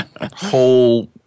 whole